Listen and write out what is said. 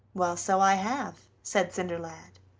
well, so i have, said cinderlad.